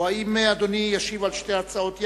או האם אדוני ישיב על שתי הצעות יחד?